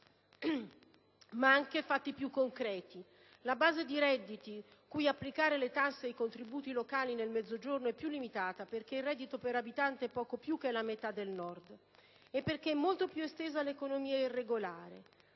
ma anche fatti più concreti: la base di redditi cui applicare le tasse e i contributi locali nel Mezzogiorno è più limitata, perché il reddito per abitante è poco più della metà di quello del Nord e perché è molto più estesa l'economia irregolare.